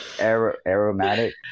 aromatic